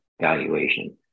valuation